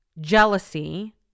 jealousy